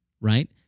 right